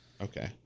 Okay